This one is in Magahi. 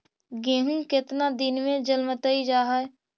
गेहूं केतना दिन में जलमतइ जा है?